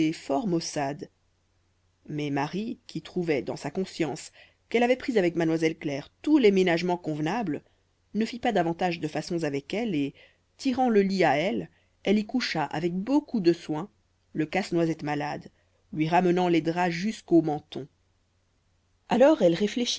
fort maussade mais marie qui trouvait dans sa conscience qu'elle avait pris avec mademoiselle claire tous les ménagements convenables ne fit pas davantage de façons avec elle et tirant le lit à elle elle y coucha avec beaucoup de soin le casse-noisette malade lui ramenant les draps jusqu'au menton alors elle réfléchit